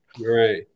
Right